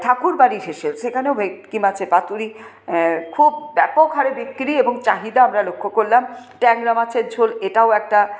ঠাকুরবাড়ির হেঁসেল সেখানেও ভেটকি মাছের পাতুরি খুব ব্যাপক হারে বিক্রি এবং চাহিদা আমরা লক্ষ্য করলাম ট্যাংরা মাছের ঝোল এটাও একটা